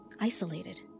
isolated